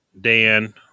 Dan